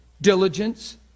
Diligence